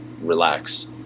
relax